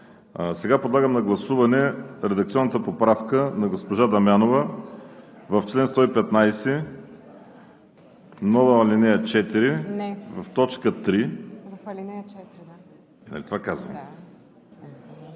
Подлагам на гласуване редакционната поправка на госпожа Дамянова в чл. 115а, нова ал. 4, т. 3